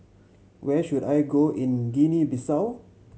where should I go in Guinea Bissau